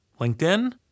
LinkedIn